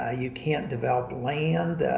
ah you can't develope land,